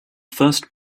first